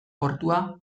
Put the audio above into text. portua